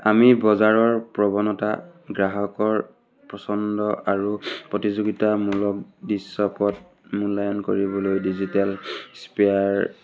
আমি বজাৰৰ প্ৰৱণতা গ্ৰাহকৰ পচন্দ আৰু প্ৰতিযোগিতামূলক দৃশ্যপট মূল্যায়ন কৰিবলৈ ডিজিটেল স্ফিয়াৰ